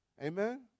amen